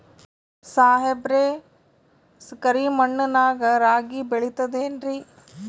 ಸಾಹೇಬ್ರ, ಕರಿ ಮಣ್ ನಾಗ ರಾಗಿ ಬೆಳಿತದೇನ್ರಿ?